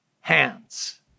hands